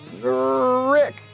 Rick